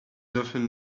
often